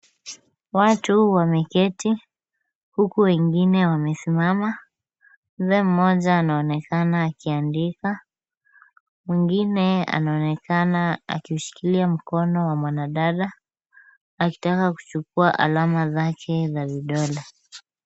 Watu wameketi huku wengine wamesimama. Mzee mmoja anaonekana akiandika, mwingine anaonekana akiushikilia mkono wa mwanadada, akitaka kuchukua alama zake za vidole.